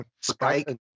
Spike